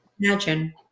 imagine